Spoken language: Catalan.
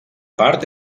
part